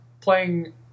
Playing